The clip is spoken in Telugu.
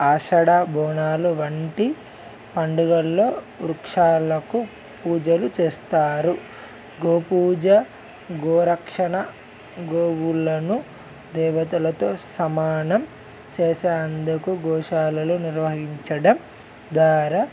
ఆషడా బోనాలు వంటి పండుగల్లో వృక్షాలకు పూజలు చేస్తారు గోపూజ గోరక్షణ గోవులను దేవతలతో సమానం చేసే అందుకు గోశాలలో నిర్వహించడం ద్వారా